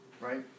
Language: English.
Right